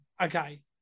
okay